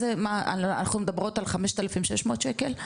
אנחנו מדברות על 5,600 ₪?